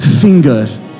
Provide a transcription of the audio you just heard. finger